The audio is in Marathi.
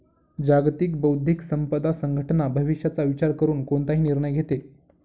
जागतिक बौद्धिक संपदा संघटना भविष्याचा विचार करून कोणताही निर्णय घेते